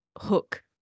hook